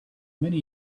many